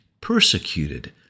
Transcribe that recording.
persecuted